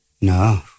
No